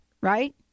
Right